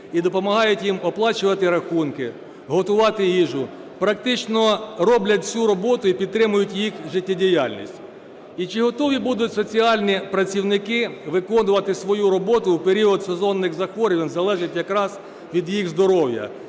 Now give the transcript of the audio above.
і допомагають їм оплачувати рахунки, готувати їжу, практично роблять усю роботу і підтримують їх життєдіяльність. І чи готові будуть соціальні працівники виконувати свою роботу в період сезонних захворювань, залежить якраз від їх здоров'я.